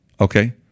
okay